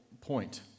point